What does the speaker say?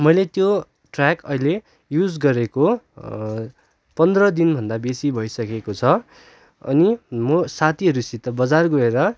मैले त्यो ट्रयाक अहिले युज गरेको पन्ध्र दिन भन्दा बेसी भइसकेको छ अनि म साथीहरूसित बजार गएर